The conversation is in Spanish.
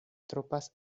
tropas